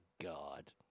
God